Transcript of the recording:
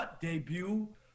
debut